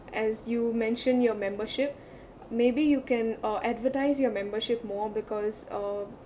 as you mentioned your membership maybe you can uh advertise your membership more because uh